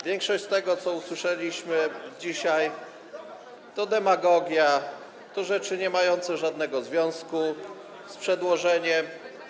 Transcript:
Większość z tego, co usłyszeliśmy dzisiaj, to demagogia, to rzeczy niemające żadnego związku z przedłożeniem.